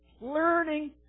Learning